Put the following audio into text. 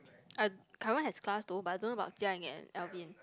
I Kai-Wen has class though but I don't know about JiaYing and Alvin